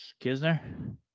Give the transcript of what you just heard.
Kisner